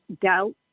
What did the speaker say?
doubt